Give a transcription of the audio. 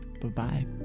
Bye-bye